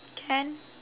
can